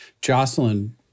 Jocelyn